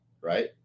right